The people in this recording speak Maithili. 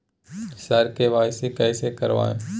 सर के.वाई.सी कैसे करवाएं